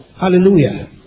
Hallelujah